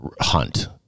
hunt